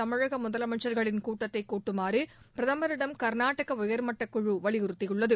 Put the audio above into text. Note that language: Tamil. தமிழக முதலமைச்சர்களின் கூட்டத்தை கூட்டுமாறு பிரதமரிடம் கர்நாடகா உயர்மட்டக் குழு வலியுறுத்தியுள்ளது